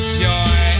joy